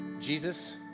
Jesus